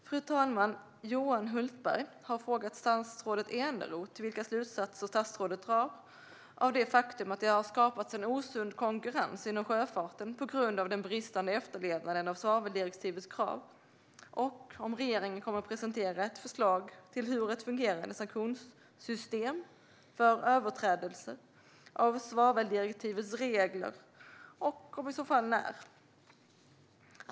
Fru talman! Johan Hultberg har frågat statsrådet Eneroth vilka slutsatser statsrådet drar av det faktum att det skapats en osund konkurrens inom sjöfarten på grund av den bristande efterlevnaden av svaveldirektivets krav, om regeringen kommer att presentera ett förslag till ett fungerande sanktionssystem för överträdelser av svaveldirektivets regler och i så fall när.